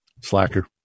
Slacker